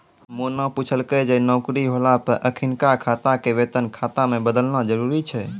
मोना पुछलकै जे नौकरी होला पे अखिनका खाता के वेतन खाता मे बदलना जरुरी छै?